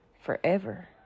forever